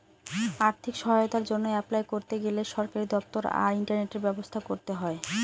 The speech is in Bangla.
আর্থিক সহায়তার জন্য অ্যাপলাই করতে গেলে সরকারি দপ্তর আর ইন্টারনেটের ব্যবস্থা করতে হয়